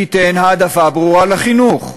היא תיתן העדפה ברורה לחינוך.